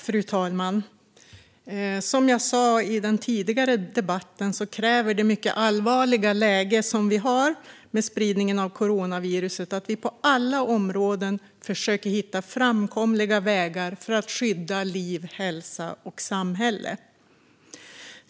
Fru talman! Som jag sa i den tidigare debatten kräver det mycket allvarliga läget med spridningen av coronaviruset att vi på alla områden försöker hitta framkomliga vägar för att skydda liv, hälsa och samhälle.